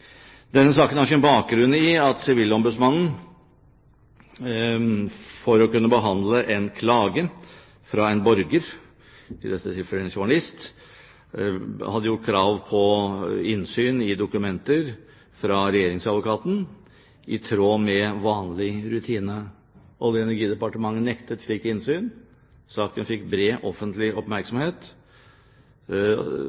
bakgrunn i at Sivilombudsmannen for å kunne behandle en klage fra en borger – i dette tilfellet en journalist – hadde gjort krav på innsyn i dokumenter fra Regjeringsadvokaten, i tråd med vanlig rutine. Olje- og energidepartementet nektet slikt innsyn. Saken fikk bred offentlig